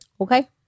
okay